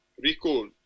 recall